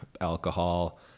alcohol